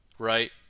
Right